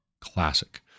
classic